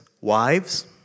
Wives